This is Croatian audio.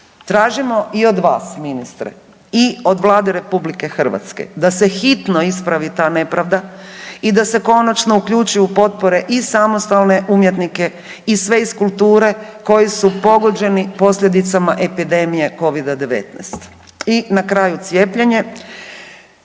Tražimo i od vas ministre, i od Vlade RH, da se hitno ispravi ta nepravda i da se konačno uključi u potpore i samostalne umjetnike i sve iz kulture koji su pogođeni posljedicama epidemije Covida-19. I na kraju, cijepljenje.